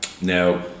Now